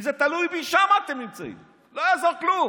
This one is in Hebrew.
אם זה תלוי בי, שם אתם נמצאים, לא יעזור כלום.